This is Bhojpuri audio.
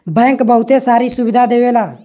बैंक बहुते सारी सुविधा देवला